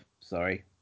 sorry